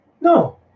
No